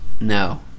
no